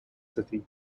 city